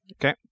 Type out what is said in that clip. Okay